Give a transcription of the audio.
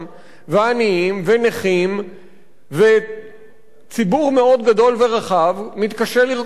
והעניים ונכים וציבור מאוד גדול ורחב מתקשה לרכוש מים,